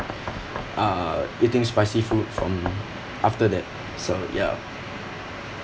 uh eating spicy food from after that so ya